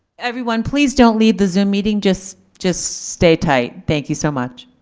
everyone, please don't lead the zoom meeting. just just stay tight. thank you so much.